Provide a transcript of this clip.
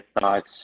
thoughts